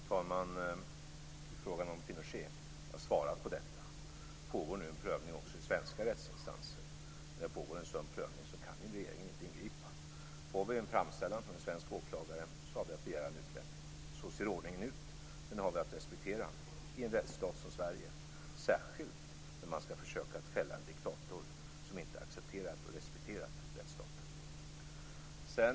Fru talman! När det gäller frågan om Pinochet vill jag säga att jag har svarat på den. Det pågår en prövning också i svenska rättsinstanser. När det pågår en sådan prövning kan regeringen inte ingripa. Om vi får en framställan från en svensk åklagare har vi att begära en utlämning. Så ser ordningen ut. Den har vi att respektera i en rättsstat som Sverige, särskilt när man skall försöka fälla en diktator som inte accepterat och respekterat rättsstaten.